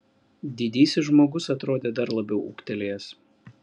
didysis žmogus atrodė dar labiau ūgtelėjęs